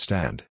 Stand